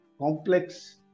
complex